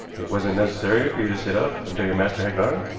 it wasn't necessary for you to sit up until your master had gone?